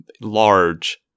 large